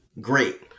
Great